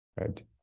right